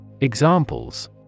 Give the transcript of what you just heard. Examples